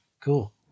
Cool